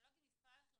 אני לא אגיד משרד החינוך,